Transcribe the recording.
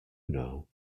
know